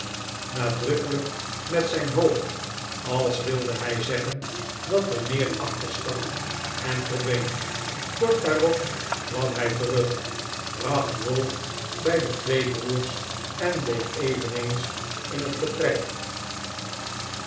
lijk met zijn hoofd als wilde hij zeggen dat er meer achter stak en verdween kort daarop kwam hij terug bracht ralph bij de twee broers en bleef eveneens in net vertrek